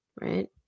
right